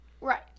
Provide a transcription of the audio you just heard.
Right